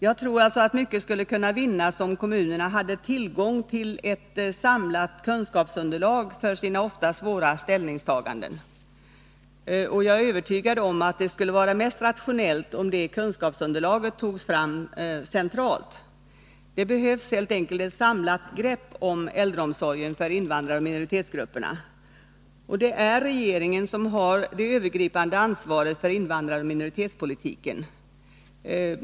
Jag tror alltså att mycket skulle kunna vinnas om kommunerna hade tillgång till ett samlat kunskapsunderlag för sina ofta svåra ställningstaganden. Och jag är övertygad om att det skulle vara mest rationellt om det kunskapsunderlaget togs fram centralt. Det behövs helt enkelt ett samlat grepp om äldreomsorgen för invandraroch minoritetsgrupperna. Och det är regeringen som har det övergripande ansvaret för invandraroch minoritetspolitiken.